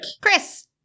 Chris